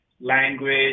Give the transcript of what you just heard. language